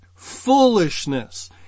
Foolishness